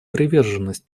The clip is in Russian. приверженность